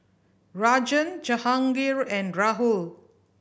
Rajan Jahangir and Rahul